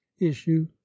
issue